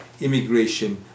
immigration